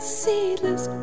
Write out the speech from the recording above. seedless